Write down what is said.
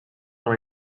dans